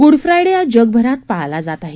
good Friday आज जगभरात पाळला जात आहे